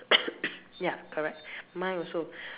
ya correct mine also